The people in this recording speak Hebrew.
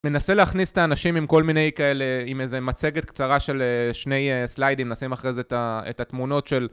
מנסה להכניס את האנשים עם כל מיני כאלה, עם איזה מצגת קצרה של שני סליידים, מנסים אחרי זה את התמונות של...